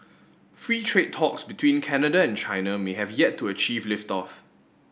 free trade talks between Canada and China may have yet to achieve lift off